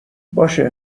باشه